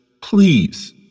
please